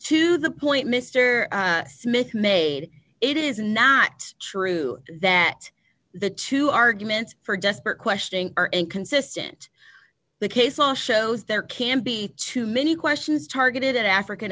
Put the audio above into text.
to the point mr smith made it is not true that the two arguments for desperate questioning are inconsistent the case law shows there can be too many questions targeted at african